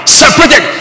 separated